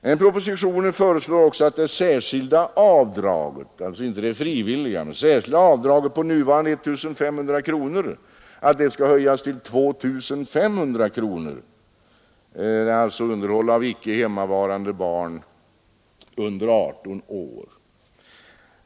Men i propositionen föreslås också att det särskilda avdraget — alltså inte det frivilliga — på nuvarande 1 500 kronor skall höjas till 2 500 kronor. Det gäller således underhåll av icke hemmavarande barn under 18 år.